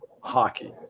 hockey